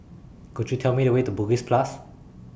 Could YOU Tell Me The Way to Bugis Plus